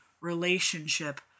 relationship